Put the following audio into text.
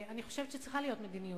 אני חושבת שצריכה להיות מדיניות,